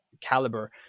caliber